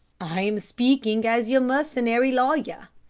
i am speaking as your mercenary lawyer,